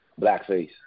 Blackface